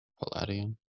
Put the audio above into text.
Palladium